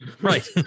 Right